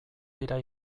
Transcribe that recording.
dira